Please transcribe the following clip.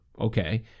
okay